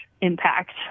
impact